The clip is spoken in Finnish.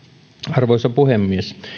arvoisa puhemies